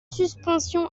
suspension